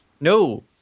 no